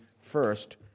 first